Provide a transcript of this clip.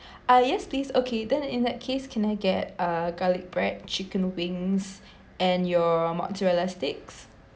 ah yes please okay then in that case can I get uh garlic bread chicken wings and your mozzarella sticks